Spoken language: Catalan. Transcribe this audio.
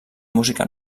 música